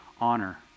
honor